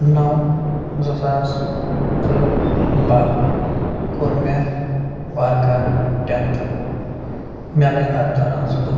نو زٕ ساس تہٕ باہہ کوٚر مےٚ وارٕ کار ٹٮ۪نتھٕ مےٚ لٔگۍ اتھ دوران زٕ دۄہ